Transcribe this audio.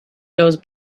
goes